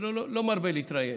אני לא מרבה להתראיין.